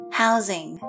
housing